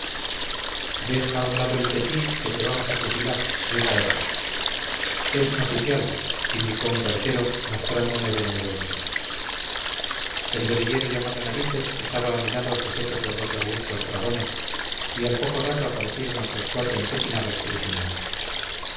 deja a un lado el petit que te vamos a fusilar dijo otro es un oficial indicó un tercero mostrándome benevolencia el guerrillero llamado narices estaba a mi lado sujeto por dos robustos dragones y al poco rato aparecieron otros cuatro empecinados prisioneros